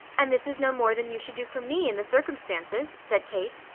and this is no more than you should do for me, in the circumstances, said kate.